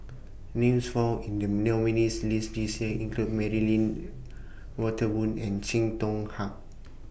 Names found in The nominees' list This Year include Mary Lim Walter Woon and Chee Hong Hat